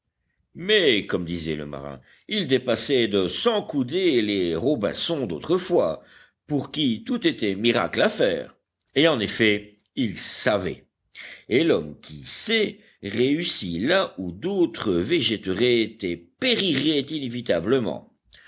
mais comme disait le marin ils dépassaient de cent coudées les robinsons d'autrefois pour qui tout était miracle à faire et en effet ils savaient et l'homme qui sait réussit là où d'autres